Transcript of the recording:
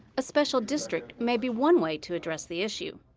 a special district may be one way to address the issue.